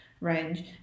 range